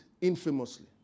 infamously